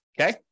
okay